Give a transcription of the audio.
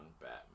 Batman